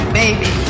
baby